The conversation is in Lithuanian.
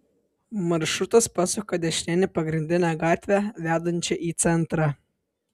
maršrutas pasuka dešinėn į pagrindinę gatvę vedančią į centrą